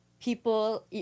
people